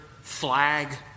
flag